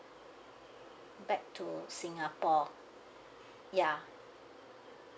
back to singapore ya